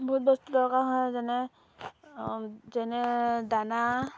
বহুত বস্তু দৰকাৰ হয় যেনে যেনে দানা